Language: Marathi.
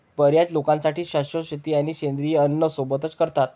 बर्याच लोकांसाठी शाश्वत शेती आणि सेंद्रिय अन्न सोबतच करतात